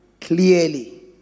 clearly